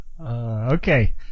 Okay